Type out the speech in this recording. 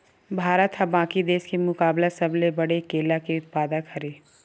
भारत हा बाकि देस के मुकाबला सबले बड़े केला के उत्पादक हरे